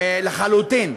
לחלוטין,